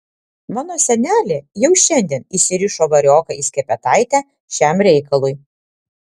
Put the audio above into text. mano senelė jau šiandien įsirišo varioką į skepetaitę šiam reikalui